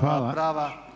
prava